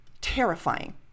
terrifying